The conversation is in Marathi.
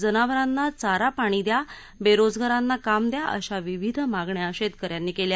जनावरांना चारा पाणी द्या बेरोजगारांना काम द्या अशा विविध मागण्या शेतकऱ्यांनी केल्या